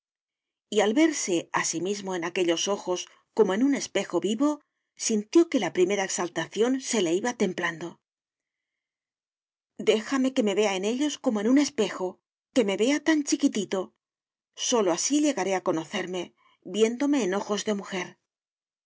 y al verse a sí mismo en aquellos ojos como en un espejo vivo sintió que la primera exaltación se le iba templando déjame que me vea en ellos como en un espejo que me vea tan chiquitito sólo así llegaré a conocerme viéndome en ojos de mujer